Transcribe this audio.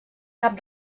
cap